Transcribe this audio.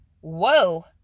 Whoa